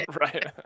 Right